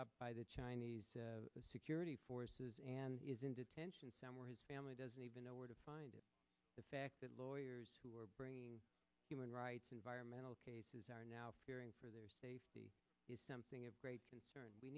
up by the chinese security forces and is in detention somewhere his family doesn't even know where to find it the fact that lawyers who are bringing human rights environmental cases are now fearing for their safety is something of great concern we